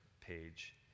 page